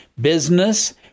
business